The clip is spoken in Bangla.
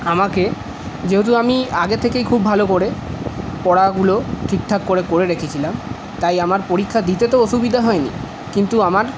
আমাকে যেহেতু আমি আগে থেকেই খুব ভালো করে পড়াগুলো ঠিক ঠাক করে করে রেখেছিলাম তাই আমার পরীক্ষা দিতে তো অসুবিধা হয়নি কিন্তু আমার